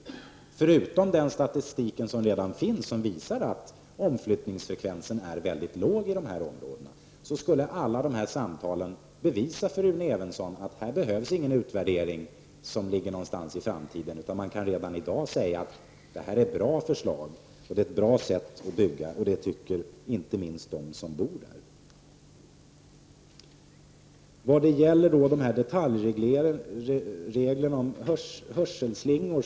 Inte bara den statistik som redan finns och som visar att omflyttningsfrekvensern är väldigt låg i de här områdena utan också alla samtal med de här människorna skulle kunna bevisa för Rune Evensson att det inte behövs någon utvärdering i framtiden. I stället kan man redan i dag säga att detta med fribyggen är ett bra sätt att bygga på. Det tycker inte minst de människor som bor i de aktuella områdena.